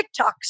TikToks